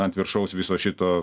ant viršaus viso šito